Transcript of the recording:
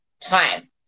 time